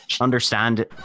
Understand